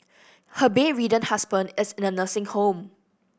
her bedridden husband is in a nursing home